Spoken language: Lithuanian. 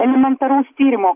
elementaraus tyrimo